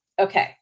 Okay